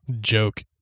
Joke